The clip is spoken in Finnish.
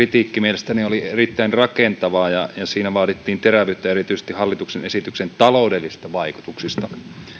kritiikki mielestäni oli erittäin rakentavaa ja siinä vaadittiin terävyyttä erityisesti hallituksen esityksen taloudellisista vaikutuksista